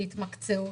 זה התמקצעות.